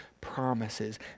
promises